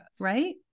right